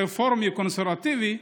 רפורמי או קונסרבטיבי,